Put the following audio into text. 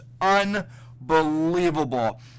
unbelievable